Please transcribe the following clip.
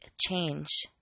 change